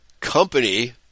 Company